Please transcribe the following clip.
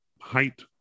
height